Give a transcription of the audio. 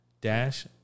dash